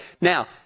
Now